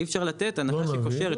אי אפשר לתת הנחה שקושרת,